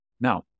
Now